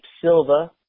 Silva